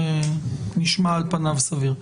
נשמע על פניו סביר.